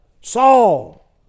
Saul